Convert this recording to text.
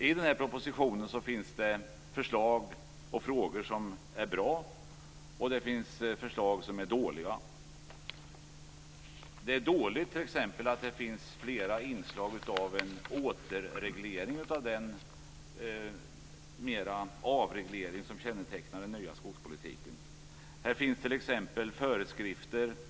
I propositionen finns förslag och frågor som är bra, och det finns förslag som är dåliga. Det är t.ex. dåligt att det finns flera inslag av återreglering av den mera avreglering som kännetecknar den nya skogspolitiken.